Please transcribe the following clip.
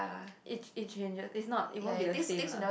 it it changes it's not it won't be the same lah